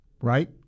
right